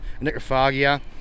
necrophagia